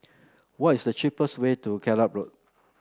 what is the cheapest way to Gallop Road